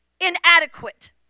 inadequate